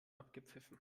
abgepfiffen